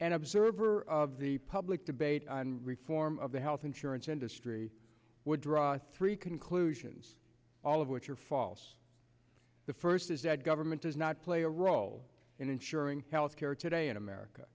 and observer of the public debate on reform of the health insurance industry would draw three conclusions all of which are false the first is that government does not play a role in ensuring health care today in america